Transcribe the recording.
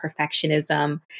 perfectionism